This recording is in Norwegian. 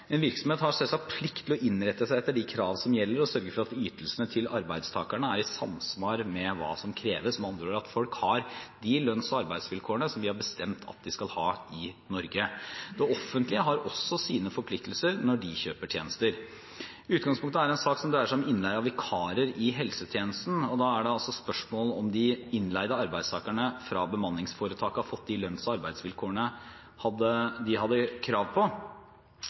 En virksomhet har selvsagt plikt til å innrette seg etter de krav som gjelder, og sørge for at ytelsene til arbeidstakerne er i samsvar med hva som kreves – med andre ord at folk har de lønns- og arbeidsvilkårene som vi har bestemt at de skal ha i Norge. Det offentlige har også sine forpliktelser når de kjøper tjenester. Utgangspunktet er en sak som dreier seg om innleie av vikarer i helsetjenesten, og da er det altså spørsmål om de innleide arbeidstakerne fra bemanningsforetaket har fått de lønns- og arbeidsvilkårene de hadde krav på.